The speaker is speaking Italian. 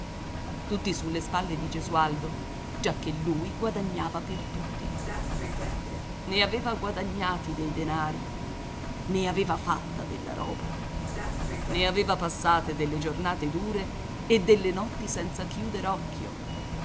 tutti sulle spalle di gesualdo giacché lui guadagnava per tutti ne aveva guadagnati dei denari ne aveva fatta della roba ne aveva passate delle giornate dure e delle notti senza chiuder occhio